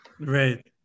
right